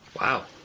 Wow